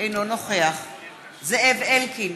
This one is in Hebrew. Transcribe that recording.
אינו נוכח זאב אלקין,